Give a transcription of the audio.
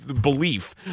belief